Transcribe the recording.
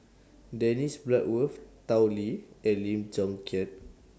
Dennis Bloodworth Tao Li and Lim Chong Keat